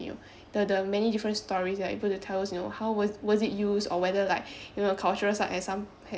you know th~ the many different stories that they able to tell us you know how was was it used or whether like you know cultural sites has some